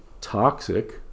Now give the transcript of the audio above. toxic